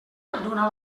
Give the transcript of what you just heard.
dóna